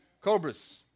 Cobras